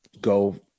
go